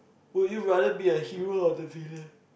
would you rather be a hero or the villain